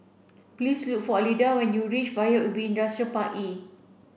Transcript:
please look for Elida when you reach Paya Ubi Industrial Park E